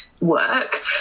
work